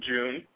June